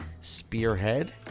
Spearhead